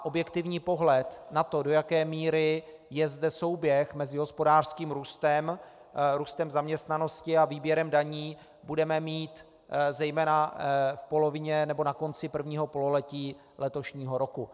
Objektivní pohled na to, do jaké míry je zde souběh mezi hospodářským růstem, růstem zaměstnanosti a výběrem daní, budeme mít zejména v polovině nebo na konci prvního pololetí letošního roku.